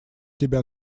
тебя